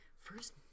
First